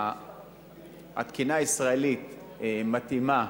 התקינה הישראלית מתאימה